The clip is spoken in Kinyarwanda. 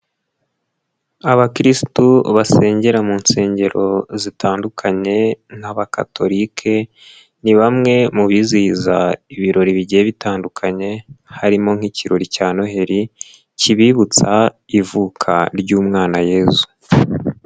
Abakirisitu basengera mu nsengero zitandukanye nk'Abakatolike, ni bamwe mu bizihiza ibirori bigiye bitandukanye, harimo nk'ikirori cya Noheli, kibibutsa ivuka ry'umwana yezu.